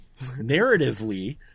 narratively